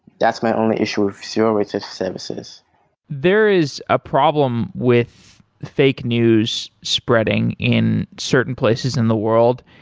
that's my only issue of zero-rated services there is a problem with fake news spreading in certain places in the world.